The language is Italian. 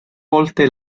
volte